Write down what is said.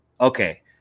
okay